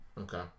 okay